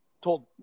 told